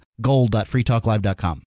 gold.freetalklive.com